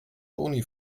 toni